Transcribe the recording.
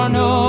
no